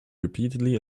repeatedly